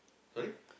sorry